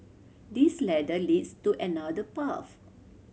this ladder leads to another path